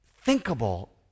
thinkable